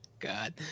god